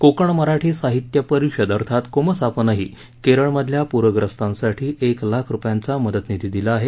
कोकण मराठी साहित्य परिषद अर्थात कोमसापनंही केरळमधल्या पूरग्रस्तांसाठी एक लाख रुपयांचा मदतनिधी दिला आहे